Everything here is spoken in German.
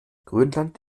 grönland